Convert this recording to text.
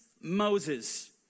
Moses